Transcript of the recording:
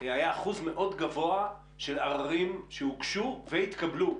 היה אחוז מאוד גבוה של ערערים שהוגשו והתקבלו.